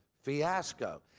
fiasco.